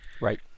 Right